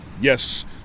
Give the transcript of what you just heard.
Yes